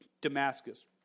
Damascus